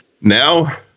Now